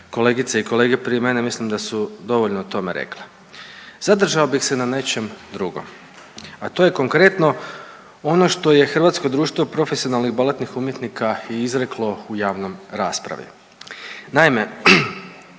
kolegice i kolege prije mene mislim da su dovoljno o tome rekle. Zadržao bih se na nečem drugom, a to je konkretno ono što je Hrvatsko društvo profesionalnih baletnih umjetnika i izreklo u javnoj raspravi. Naime,